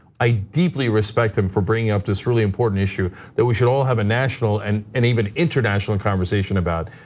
i deeply respect him for bringing up this really important issue that we should all have a national and and even international conversation about.